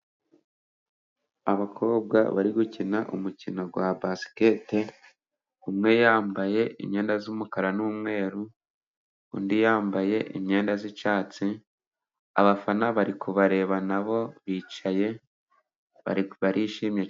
Abakobwa bari gukina umukino wa basiketi, umwe yambaye imyenda z'umukara n'umweru, undi yambaye imyenda y'icyatsi. Abafana bari kubareba na bo bicaye barishimisha.